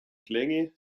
klänge